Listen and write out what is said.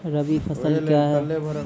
रबी फसल क्या हैं?